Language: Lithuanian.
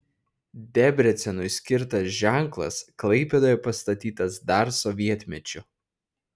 debrecenui skirtas ženklas klaipėdoje pastatytas dar sovietmečiu